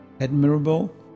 admirable